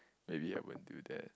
maybe I won't do that